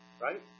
Right